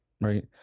right